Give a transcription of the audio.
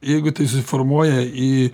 jeigu tai susiformuoja į